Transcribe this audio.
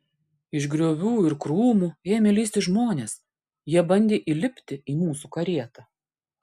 iš griovių ir krūmų ėmė lįsti žmonės jie bandė įlipti į mūsų karietą